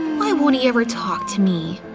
why won't he ever talk to me?